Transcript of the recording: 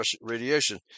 radiation